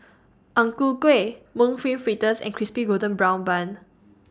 Ang Ku Kueh Mung Bean Fritters and Crispy Golden Brown Bun